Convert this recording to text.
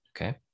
okay